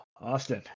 Austin